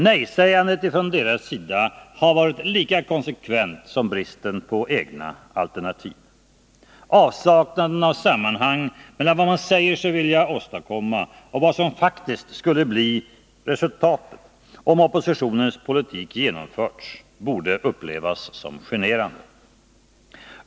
Nejsägandet har varit lika konsekvent som bristen på egna alternativ. Avsaknaden av samband mellan vad man säger sig vilja å tadkomma och vad som faktiskt skulle ha blivit resultatet om oppositionens politik genomförts borde upplevas som generande.